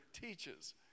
teaches